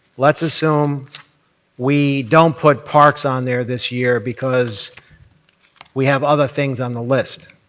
let's assume we don't put parks on there this year because we have other things on the list.